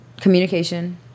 communication